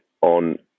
on